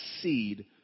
seed